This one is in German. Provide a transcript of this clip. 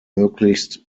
möglichst